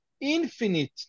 infinite